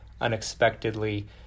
unexpectedly